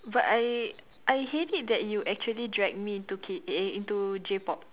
but I I hate it that you actually drag me into K eh into J-pop